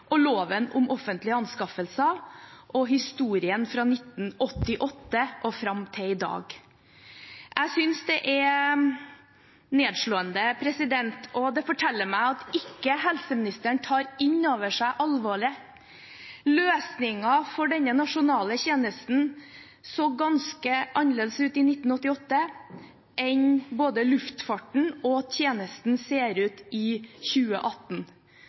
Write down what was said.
og loven om offentlige anskaffelser og historien fra 1988 og fram til i dag. Jeg synes det er nedslående. Det forteller meg at helseministeren ikke tar inn over seg alvoret. Løsningen for denne nasjonale tjenesten så ganske annerledes ut i 1988 enn både luftfarten og tjenesten ser ut i 2018.